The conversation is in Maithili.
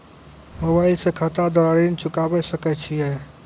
मोबाइल से खाता द्वारा ऋण चुकाबै सकय छियै?